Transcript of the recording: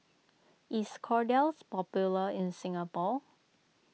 is Kordel's popular in Singapore